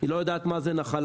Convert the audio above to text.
היא לא יודעת מה זה נחלה,